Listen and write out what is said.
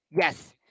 Yes